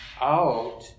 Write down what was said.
out